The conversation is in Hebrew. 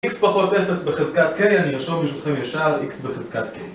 x פחות 0 בחזקת k אני ארשום ברשותכם ישר x בחזקת k